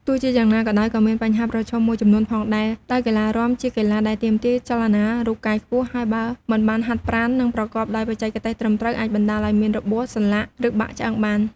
ទោះជាយ៉ាងណាក៏ដោយក៏មានបញ្ហាប្រឈមមួយចំនួនផងដែរ ដោយកីឡរាំជាកីឡាដែលទាមទារចលនារូបកាយខ្ពស់ ហើយបើមិនបានហាត់ប្រាណ និងប្រកបដោយបច្ចេកទេសត្រឹមត្រូវ អាចបណ្តាលឲ្យមានរបួសសន្លាក់ ឬបាក់ឆ្អឹងបាន។